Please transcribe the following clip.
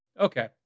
Okay